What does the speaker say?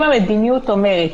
אם המדיניות אומרת: